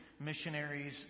missionaries